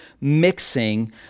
mixing